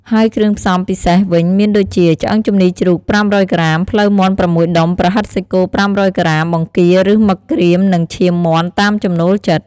ហើយគ្រឿងផ្សំពិសេសវិញ មានដូចជា ឆ្អឹងជំនីជ្រូក ៥០០ក្រាម ភ្លៅមាន់៦ដុំ ប្រហិតសាច់គោ៥០០ក្រាម បង្គាឬ មឹកក្រៀម និងឈាមមាន់តាមចំណូលចិត្ត។